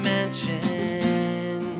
Mansion